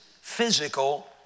physical